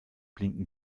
blinken